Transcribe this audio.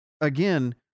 again